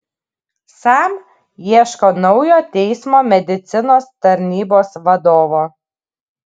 sam ieško naujo teismo medicinos tarnybos vadovo